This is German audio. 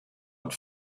und